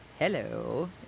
Hello